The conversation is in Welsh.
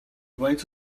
faint